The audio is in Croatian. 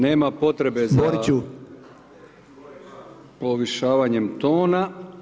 Nema potrebe za povišavanjem tona.